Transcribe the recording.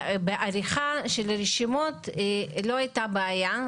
בעריכה של הרשימות לא הייתה בעיה.